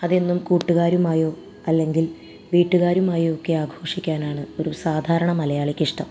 അതെന്നും കൂട്ടുകാരുമായോ അല്ലെങ്കിൽ വീട്ടുകാരുമായോ ഒക്കെ ആഘോഷിക്കാനാണ് ഒരു സാധാരണ മലയാളിക്കിഷ്ട്ടം